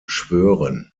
schwören